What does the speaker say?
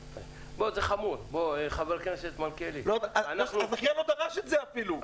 הזכיין לא דרש את זה אפילו.